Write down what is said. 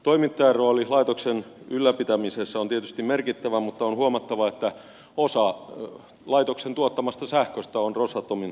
toimittajan rooli laitoksen ylläpitämisessä on tietysti merkittävä mutta on huomattava että osa laitoksen tuottamasta sähköstä on rosatomin omistamaa